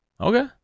Okay